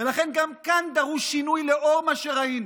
ולכן גם כאן דרוש שינוי לאור מה שראינו.